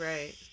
Right